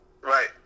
right